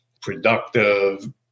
productive